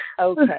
Okay